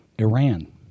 iran